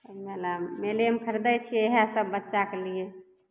मेलामे मेलेमे खरीदै छियै इहए सब बच्चा के लिए